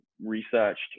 researched